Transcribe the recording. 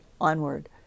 onward